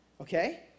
okay